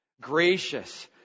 Gracious